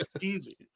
Easy